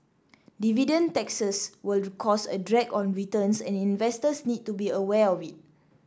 dividend taxes will cause a drag on returns and investors need to be aware of it